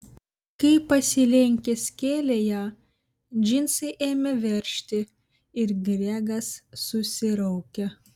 kai pasilenkęs kėlė ją džinsai ėmė veržti ir gregas susiraukė